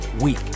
week